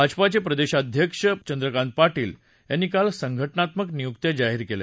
भाजपाचे प्रदेशाध्यक्ष चंद्रकांत पाटील यांनी काल काही संघटनात्मक नियुक्त्या जाहीर केल्या